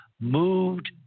moved